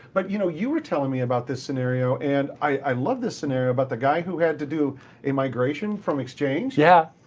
but you know you were telling me about this scenario, and i love this scenario about the guy who had to do a migration from exchange. yeah.